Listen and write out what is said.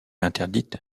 interdite